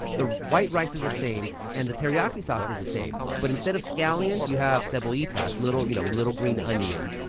the white rice is the same and the teriyaki sauce is the same. but instead of scallions, you have cebollitas little you know little green onions.